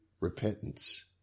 repentance